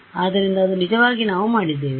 ಹೌದು ಆದ್ದರಿಂದ ಅದು ನಿಜವಾಗಿ ನಾವು ಮಾಡಿದ್ದೇವೆ